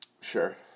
Sure